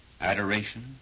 adoration